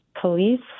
police